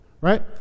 Right